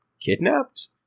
kidnapped